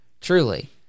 truly